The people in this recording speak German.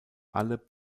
alle